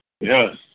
Yes